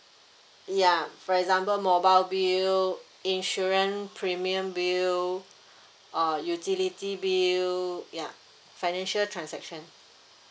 ya for example mobile bill insurance premium bill uh utility bill ya financial transaction